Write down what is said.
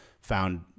found